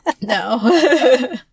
No